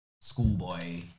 Schoolboy